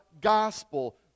Gospel